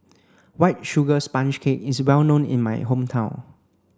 white sugar sponge cake is well known in my hometown